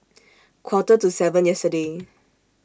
Quarter to seven yesterday